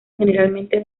generalmente